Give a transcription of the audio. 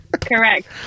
Correct